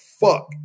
fuck